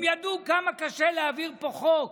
הם ידעו כמה קשה להעביר פה חוק.